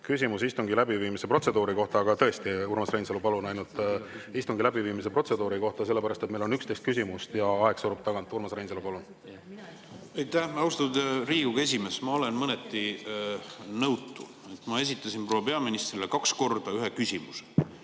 küsimus istungi läbiviimise protseduuri kohta. Aga tõesti, Urmas Reinsalu, palun ainult [küsimus] istungi läbiviimise protseduuri kohta, sellepärast et meil on 11 küsimust ja aeg surub tagant. Urmas Reinsalu, palun! Aitäh, austatud Riigikogu esimees! Ma olen mõneti nõutu. Ma esitasin proua peaministrile kaks korda ühe küsimuse: